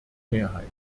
mehrheit